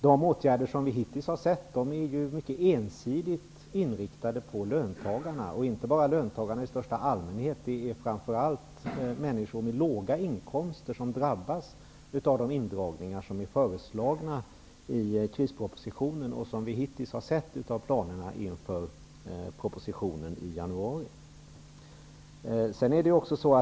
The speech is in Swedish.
De åtgärder vi hittills sett är mycket ensidigt inriktade på löntagarna, och inte bara löntagarna i största allmänhet, utan det är speciellt människor med låga inkomster som drabbas av de indragningar som är föreslagna i krispropositionen och som vi hittills har sett av planerna inför propositionen i januari.